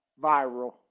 Viral